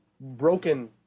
broken